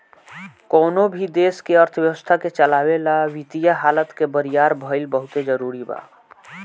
कवनो भी देश के अर्थव्यवस्था के चलावे ला वित्तीय हालत के बरियार भईल बहुते जरूरी बा